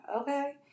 okay